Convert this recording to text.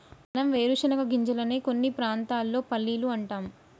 మనం వేరుశనగ గింజలనే కొన్ని ప్రాంతాల్లో పల్లీలు అంటాం